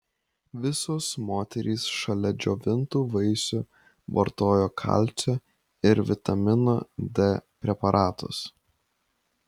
visos moterys šalia džiovintų vaisių vartojo kalcio ir vitamino d preparatus